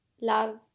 Love